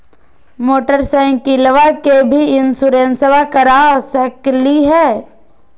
मोटरसाइकिलबा के भी इंसोरेंसबा करा सकलीय है?